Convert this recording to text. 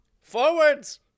Forwards